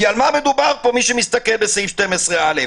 כי על מה מדובר פה, מי שמסתכל בסעיף 12(א)?